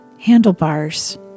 handlebars